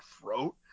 throat